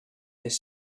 this